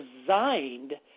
designed